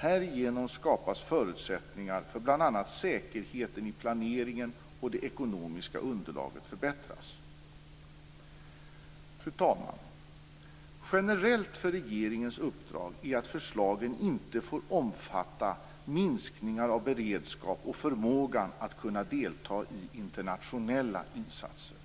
Härigenom skapas förutsättningar för bl.a. säkerheten i planeringen, och det ekonomiska underlaget förbättras. Fru talman! Generellt för regeringens uppdrag är att förslagen inte får omfatta minskningar av beredskap och förmåga att kunna delta i internationella insatser.